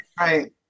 Right